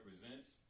represents